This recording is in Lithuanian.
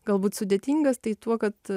galbūt sudėtingas tai tuo kad